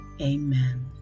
Amen